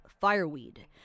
fireweed